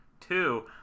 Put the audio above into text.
Two